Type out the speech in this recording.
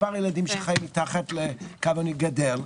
מספר הילדים שחיים מתחת לקו העוני גדל,